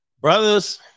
brothers